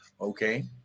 Okay